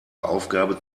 aufgabe